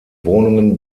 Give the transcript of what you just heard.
wohnungen